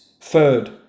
Third